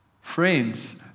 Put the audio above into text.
Friends